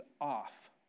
off